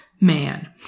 man